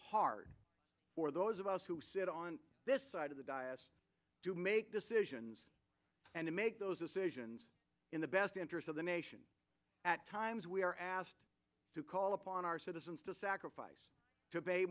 hard for those of us who sit on this side of the diocese to make decisions and to make those decisions in the best interest of the nation at times we are asked to call upon our citizens to sacrifice to pay